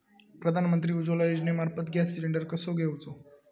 प्रधानमंत्री उज्वला योजनेमार्फत gas cylinder कसो घेऊचो?